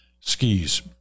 Skis